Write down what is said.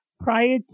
prior